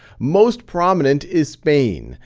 most prominent is spain.